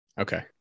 Okay